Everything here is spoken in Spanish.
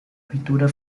pintura